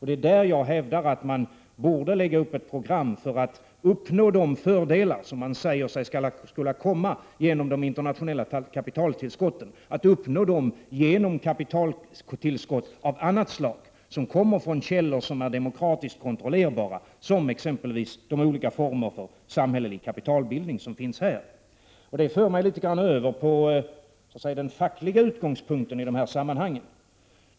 Det är där jag hävdar att man borde lägga upp ett program för att uppnå de fördelar som man säger skall komma genom de internationella kapitaltillskotten genom kapitaltillskott av annat slag, som kommer från källor som är demokratiskt kontrollerbara, som exempelvis de olika former för samhällelig kapitalbildning som finns här. Det får mig att gå över till den fackliga utgångspunkten i dessa sammanhang.